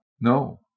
No